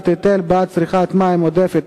התליית היטל בעד צריכת מים עודפת),